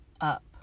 up